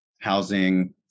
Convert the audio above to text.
housing